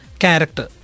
Character